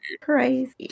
Crazy